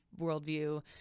worldview